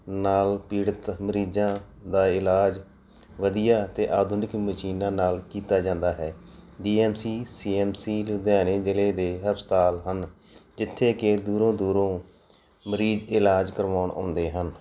ਨਾਲ ਪੀੜਤ ਮਰੀਜ਼ਾਂ ਦਾ ਇਲਾਜ ਵਧੀਆ ਅਤੇ ਆਧੁਨਿਕ ਮਸ਼ੀਨਾਂ ਨਾਲ ਕੀਤਾ ਜਾਂਦਾ ਹੈ D M C C M C ਲੁਧਿਆਣੇ ਜ਼ਿਲ੍ਹੇ ਦੇ ਹਸਪਤਾਲ ਹਨ ਜਿੱਥੇ ਕਿ ਦੂਰੋਂ ਦੂਰੋਂ ਮਰੀਜ਼ ਇਲਾਜ ਕਰਵਾਉਣ ਆਉਂਦੇ ਹਨ